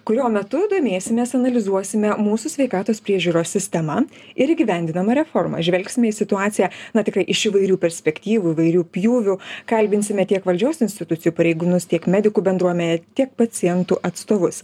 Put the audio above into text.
kurio metu domėsimės analizuosime mūsų sveikatos priežiūros sistema ir įgyvendindama reforma žvelgsime į situaciją na tikrai iš įvairių perspektyvų įvairių pjūvių kalbinsime tiek valdžios institucijų pareigūnus tiek medikų bendruomenę tiek pacientų atstovus